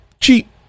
Cheap